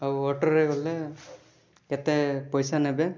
ଆଉ ଅଟୋରେ ଗଲେ କେତେ ପଇସା ନେବେ